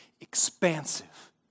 expansive